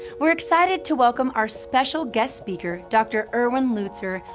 we're excited to welcome our special guest speaker, dr. erwin lutzer,